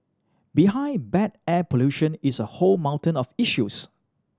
behind bad air pollution is a whole mountain of issues